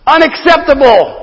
Unacceptable